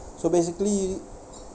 so basically